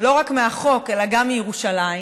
לא רק מהחוק אלא גם מירושלים.